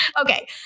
Okay